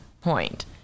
point